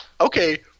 okay